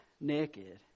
naked